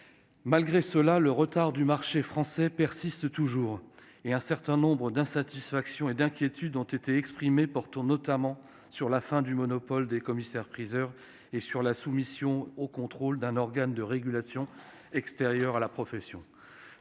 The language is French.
Malgré cela, le retard du marché français persiste : un certain nombre d'insatisfactions et d'inquiétudes ont été exprimées, notamment sur la fin du monopole des commissaires-priseurs ou sur la soumission au contrôle d'un organe de régulation extérieur à la profession.